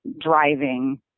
driving